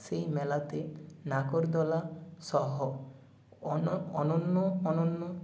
সেই মেলাতে নাগরদোলা সহ অনন্য অনন্য